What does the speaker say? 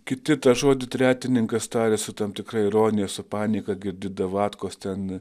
kiti tą žodį tretininkas taria su tam tikra ironija su panieka girdi davatkos ten